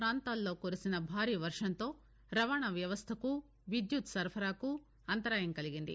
ప్రాంతాల్లో కురిసిన భారీ వర్షంతో రవాణా వ్యవస్థకు విద్యుత్ సరఫరాకు అంతరాయం కలిగింది